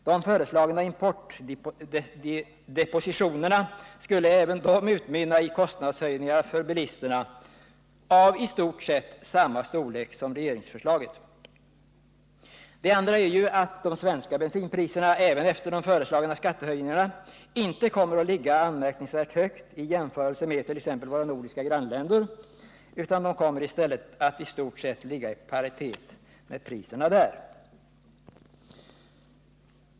De föreslagna importdepositionerna skulle även de utmynna i kostnadshöjningar för bilisterna av i stort sett samma storlek som regeringsförslagets. Det andra konstaterandet är att de svenska bensinpriserna — även efter de föreslagna skattehöjningarna — inte kommer att ligga anmärkningsvärt högt i jämförelse med bensinpriserna i t.ex. våra nordiska grannländer. De kommer i stort sett att ligga i paritet med priserna där.